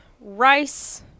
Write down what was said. Rice